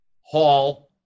hall